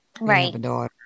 Right